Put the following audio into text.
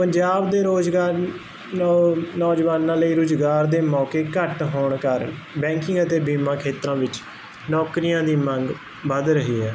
ਪੰਜਾਬ ਦੇ ਰੋਜ਼ਗਾਰ ਨੌ ਨੌਜਵਾਨਾਂ ਲਈ ਰੁਜ਼ਗਾਰ ਦੇ ਮੌਕੇ ਘੱਟ ਹੋਣ ਕਾਰਨ ਬੈਂਕਿੰਗ ਅਤੇ ਬੀਮਾ ਖੇਤਰਾਂ ਵਿੱਚ ਨੌਕਰੀਆਂ ਦੀ ਮੰਗ ਵੱਧ ਰਹੀ ਹੈ